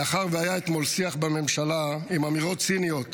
מאחר שהיה אתמול שיח בממשלה עם אמירות ציניות